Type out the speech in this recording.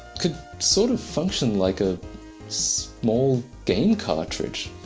could sort of function like a small game cartridge.